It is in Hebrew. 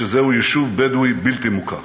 וזהו יישוב בדואי בלתי מוכר.